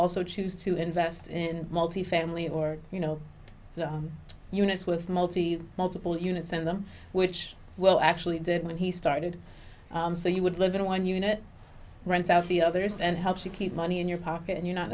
also choose to invest in multifamily or you know units with multi multiple units in them which will actually did when he started so you would live in one unit rent out the others and helps you keep money in your pocket and you not